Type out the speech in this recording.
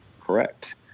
Correct